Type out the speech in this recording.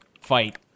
fight